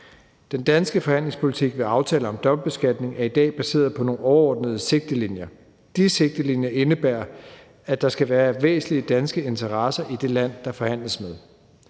Den danske forhandlingspolitik ved aftaler om dobbeltbeskatning er i dag baseret på nogle overordnede sigtelinjer. De sigtelinjer indebærer, at der skal være væsentlige danske interesser i det land, der forhandles med.